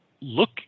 look